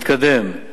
מתקדם,